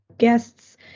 guests